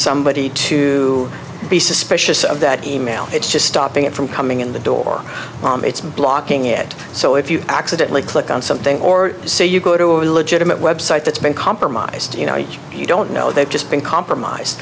somebody to be suspicious of that e mail it's just stopping it from coming in the door it's blocking it so if you accidentally click on something or say you go to a legitimate web site that's been compromised you know each you don't know they've just been compromised